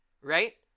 Right